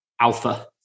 Alpha